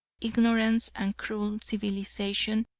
ignorance and cruel civilization,